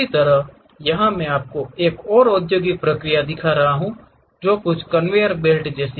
इसी तरह यहां मैं आपको एक और औद्योगिक प्रक्रिया दिखा रहा हूं कुछ कन्वेयर बेल्ट जैसी